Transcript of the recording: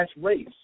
race